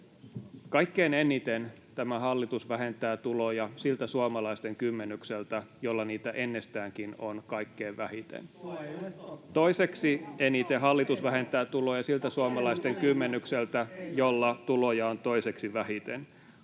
Toiseksi eniten hallitus vähentää tuloja siltä suomalaisten kymmenykseltä, jolla tuloja on toiseksi vähiten. Kolmanneksi eniten hallitus vähentää tuloja siltä suomalaisten kymmenykseltä, jolla tuloja on ennestäänkin